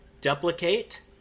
Duplicate